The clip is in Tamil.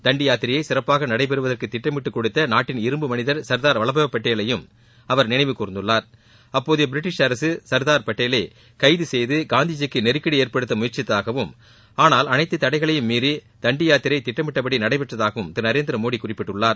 தண்டி யாத்திரையை சிறப்பாக நடைபெறுவதற்கு திட்டமிட்டுக் கொடுத்த நாட்டின் இரும்பு மனிதர் சர்தார் வல்லபாய் பட்டேலையும் அவர் நினைவுகூர்ந்துள்ளார் அப்போதைய பிரிட்டிஷ் அரசு சர்தார் பட்டேலை கைது செய்து காந்திஜிக்கு நெருக்கடியை ஏற்படுத்த முயற்சித்ததாகவும் ஆனால் அனைத்து தடைகளையும் மீறி தண்டி யாத்திரை திட்டமிட்டபடி நடைபெற்றதாகவும் திரு நரேந்திர மோடி குறிப்பிட்டுள்ளார்